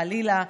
חלילה,